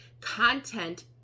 Content